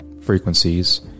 frequencies